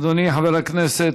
אדוני חבר הכנסת,